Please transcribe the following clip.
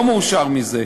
המעשה הזה,